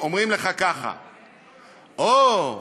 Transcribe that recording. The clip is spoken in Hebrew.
אומרים לך ככה: Oh,